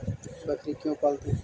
बकरी क्यों पालते है?